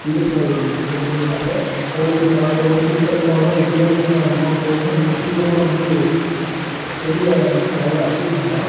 BSNL இதை கொடுக்கறாங்க உங்களுக்கு நான் உங்களுக்கு ரேட்டிங்ஸும் அதிகமாக வரும் உங்களுக்கு டிஆர்பியும் அதிகமாக போகும் நீங்கள் சீக்கிரமா வந்து பெரிய லெவலில் அச்சீவ் பண்ணலாம்